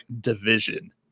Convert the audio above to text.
division